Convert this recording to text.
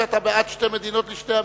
שאתה בעד שתי מדינות לשני עמים,